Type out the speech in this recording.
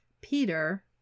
Peter